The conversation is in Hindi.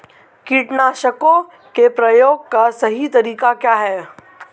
कीटनाशकों के प्रयोग का सही तरीका क्या है?